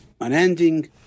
unending